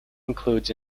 includes